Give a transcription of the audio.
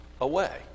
away